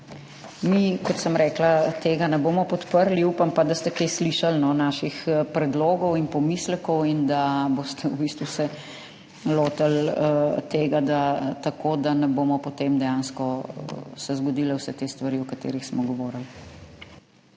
Mi, kot sem rekla, tega ne bomo podprli. Upam pa, da ste slišali kaj naših predlogov in pomislekov in da se boste lotili tega tako, da se ne bodo potem dejansko zgodile vse te stvari, o katerih smo govorili.